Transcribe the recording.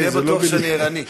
אז תהיה בטוח שאני ערני.